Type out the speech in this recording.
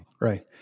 Right